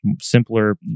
simpler